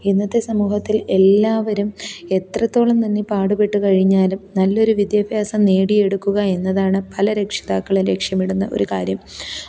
ഇന്നത്തെ സമൂഹത്തില് എല്ലാവരും എത്രത്തോളം തന്നെ പാടുപെട്ട് കഴിഞ്ഞാലും നല്ലൊരു വിദ്യാഭ്യാസം നേടിയെടുക്കുക എന്നതാണ് പല രക്ഷിതാക്കളും ലക്ഷ്യമിടുന്ന ഒരു കാര്യം